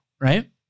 right